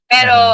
Pero